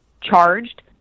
charged